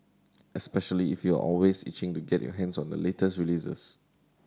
especially if you're always itching to get your hands on the latest releases